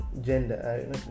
gender